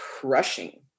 crushing